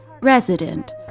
resident